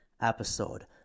episode